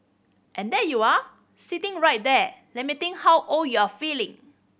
and there you are sitting right there lamenting how old you're feeling